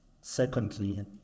Secondly